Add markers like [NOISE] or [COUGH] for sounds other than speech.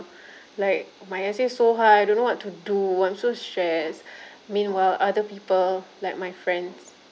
like my essay so hard I don't know what to do I'm so stressed [BREATH] meanwhile other people like my friends